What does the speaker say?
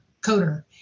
coder